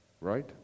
Right